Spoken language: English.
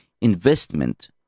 investment